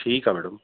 ठीकु आहे मैडम